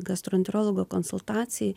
gastroenterologo konsultacijai